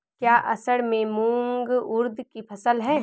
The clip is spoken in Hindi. क्या असड़ में मूंग उर्द कि फसल है?